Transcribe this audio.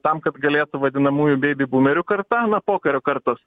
tam kad galėtų vadinamųjų beibibūmerių karta na pokario kartos